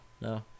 No